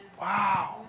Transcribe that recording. Wow